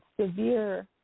severe